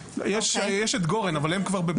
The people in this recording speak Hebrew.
יש את גורן אבל הם כבר בבנייה.